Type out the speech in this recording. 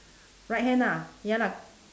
right hand ah ya lah